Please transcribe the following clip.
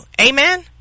amen